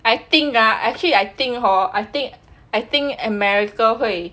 I think ah actually I think hor I think I think america 会